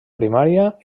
primària